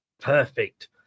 Perfect